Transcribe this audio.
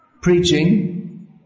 preaching